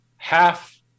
half